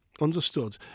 understood